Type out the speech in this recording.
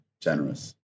generous